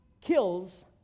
kills